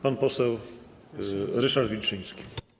Pan poseł Ryszard Wilczyński.